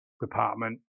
department